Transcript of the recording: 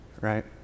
right